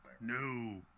No